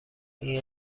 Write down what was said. این